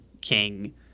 King